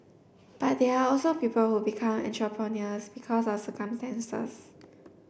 but there are also people who become entrepreneurs because of circumstances